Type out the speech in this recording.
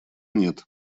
нет